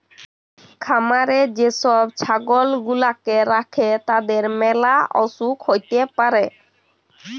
খামারে যে সব ছাগল গুলাকে রাখে তাদের ম্যালা অসুখ হ্যতে পারে